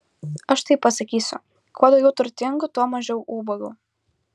aš taip pasakysiu kuo daugiau turtingų tuo mažiau ubagų